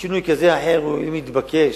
בשינוי כזה או אחר, אם אתבקש.